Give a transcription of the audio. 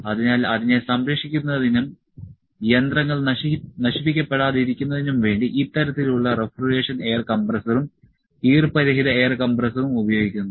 അതിനാൽ അതിനെ സംരക്ഷിക്കുന്നതിനും യന്ത്രങ്ങൾ നശിപ്പിക്കപ്പെടാതിരിക്കുന്നതിനും വേണ്ടി ഇത്തരത്തിലുള്ള റഫ്രിജറേഷൻ എയർ കംപ്രസ്സറും ഈർപ്പ രഹിത എയർ കംപ്രസ്സറും ഉപയോഗിക്കുന്നു